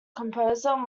composer